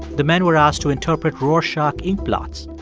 the men were asked to interpret rorschach ink blots.